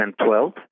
2012